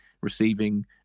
receiving